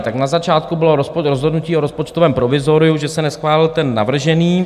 Tak na začátku bylo rozhodnutí o rozpočtovém provizoriu, že se neschválil ten navržený.